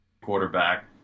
quarterback